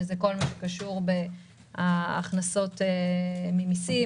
שזה כל מה שקשור בהכנסות ממסים,